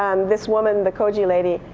um this woman, the koji lady,